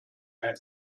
ein